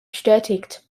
bestätigt